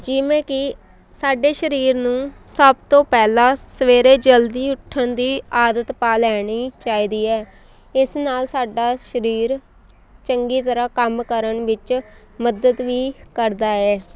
ਜਿਵੇਂ ਕਿ ਸਾਡੇ ਸਰੀਰ ਨੂੰ ਸਭ ਤੋਂ ਪਹਿਲਾਂ ਸਵੇਰੇ ਜਲਦੀ ਉੱਠਣ ਦੀ ਆਦਤ ਪਾ ਲੈਣੀ ਚਾਹੀਦੀ ਹੈ ਇਸ ਨਾਲ ਸਾਡਾ ਸਰੀਰ ਚੰਗੀ ਤਰ੍ਹਾਂ ਕੰਮ ਕਰਨ ਵਿੱਚ ਮੱਦਦ ਵੀ ਕਰਦਾ ਹੈ